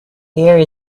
here